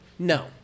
No